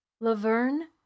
Laverne